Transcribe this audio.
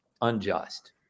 unjust